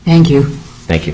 thank you thank you